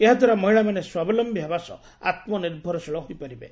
ଏହାଦ୍ୱାରା ମହିଳାମାନେ ସ୍ୱାବଲମ୍ୟୀ ହେବାସହ ଆତ୍ମନିଭରଶୀଳ ହୋଇପାରିବେ